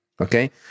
okay